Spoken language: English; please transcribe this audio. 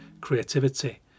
creativity